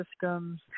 systems